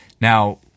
Now